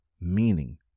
meaning